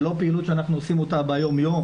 זה לא פעילות שאנחנו עושים אותה ביומיום,